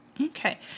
Okay